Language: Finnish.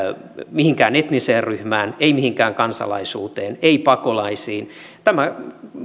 mihinkään etniseen ryhmään ei mihinkään kansalaisuuteen ei pakolaisiin tämä